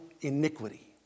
iniquity